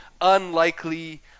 unlikely